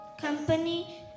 company